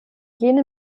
jene